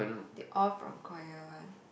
they all from choir one